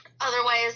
Otherwise